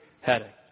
heading